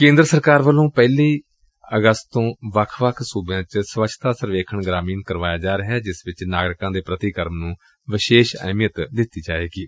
ਕੇਦਰ ਸਰਕਾਰ ਵੱਲੋ ਪਹਿਲੀ ਅਗਸਤ ਤੋ ਵੱਖ ਵੱਖ ਸੁਬਿਆਂ ਚ ਸਵਛੱਤਾ ਸਰਵੇਖਣ ਗ੍ਰਾਮੀਣ ਕਰਵਾਇਆ ਜਾ ਰਿਹੈ ਜਿਸ ਵਿਚ ਨਾਗਰਿਕਾਂ ਦੇ ਪ੍ਰਤੀਕਰਮ ਨੂੰ ਵਿਸ਼ੇਸ਼ ਅਹਿਮੀਅਤ ਦਿੱਤੀ ਜਾਏਗੀ